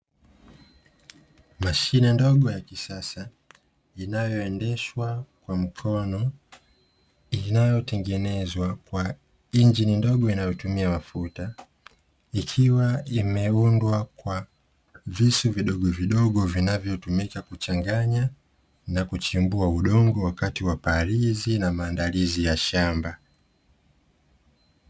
Mashine ndogo ya kisasa inayoendeshwa na injili ndogo inayotumia mafuta ikiwa imeundwa vidogo vinavyotumika kuchanganya na kuchimbua udongo wakati wa parizi na maandalizi ya shamba.